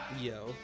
Yo